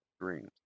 dreams